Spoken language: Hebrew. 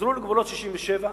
תחזרו לגבולות 67',